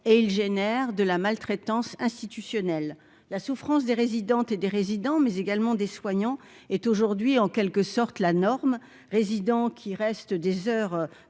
et il génère de la maltraitance institutionnelle, la souffrance des résidentes et des résidents, mais également des soignants est aujourd'hui en quelque sorte la norme résidents qui reste des heures